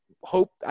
hope